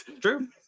True